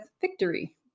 Victory